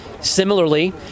Similarly